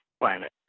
planet